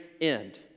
end